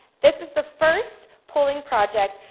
this is the first polling project.